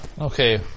Okay